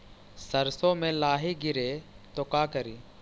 सरसो मे लाहि गिरे तो का करि?